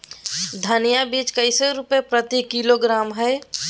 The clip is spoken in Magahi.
धनिया बीज कैसे रुपए प्रति किलोग्राम है?